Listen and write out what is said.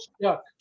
stuck